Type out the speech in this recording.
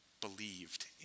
believed